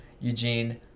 Eugene